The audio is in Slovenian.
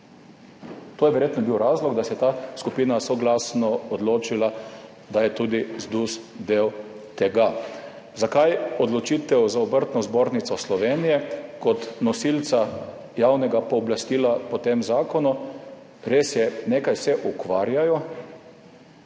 To je bil verjetno razlog, da se je ta skupina soglasno odločila, da je tudi ZDUS del tega. Zakaj odločitev za Obrtno-podjetniško zbornico Slovenije kot nosilko javnega pooblastila po tem zakonu? Res je, nekaj se ukvarjajo,